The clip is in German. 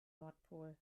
nordpol